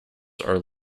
are